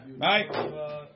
Right